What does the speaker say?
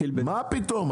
מה פתאום?